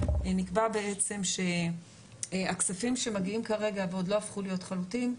נקבע בעצם שהכספים שמגיעים כרגע ועוד לא הפכו להיות חלוטים,